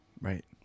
Right